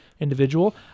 individual